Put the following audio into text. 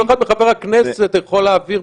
אז כל אחד מחברי הכנסת יכול להעביר,